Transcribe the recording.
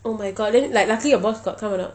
oh my god then like luckily boss got come or not